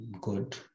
good